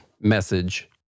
message